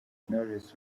knowless